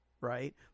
right